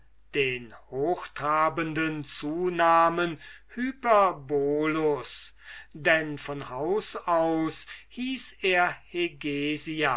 den hochtrabenden zunamen hyperbolus denn von haus aus nannte er